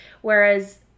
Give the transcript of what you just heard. whereas